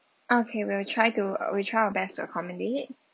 okay we will try to uh we try our best to accommodate